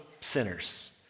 sinners